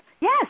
yes